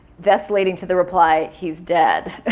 thus leading to the reply, he's dead.